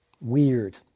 weird